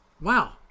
Wow